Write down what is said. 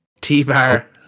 T-Bar